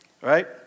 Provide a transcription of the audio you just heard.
Right